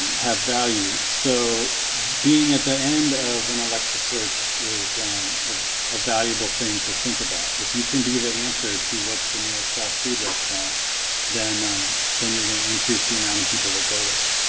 have value so being at the end of an alexa search is a valuable thing to think about if you can be the answer to what's the nearest fast-food restaurant then then you're gonna increase the amount of people that go there.